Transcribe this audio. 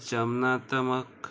जमनाथमक